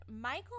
Michael